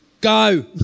Go